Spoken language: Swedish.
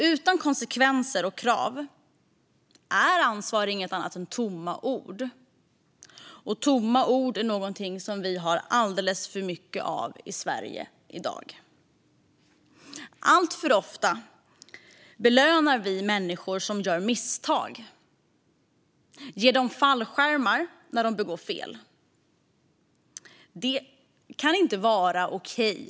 Utan konsekvenser är krav och ansvar inget annat än tomma ord, och om det är någonting vi har för mycket av i Sverige i dag är det tomma ord. Alltför ofta belönar vi människor som gör misstag genom att ge dem fallskärmar när de begår fel. Det kan inte vara okej.